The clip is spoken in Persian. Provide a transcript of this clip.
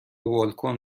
بالکن